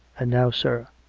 and now, sir,